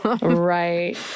Right